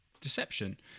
deception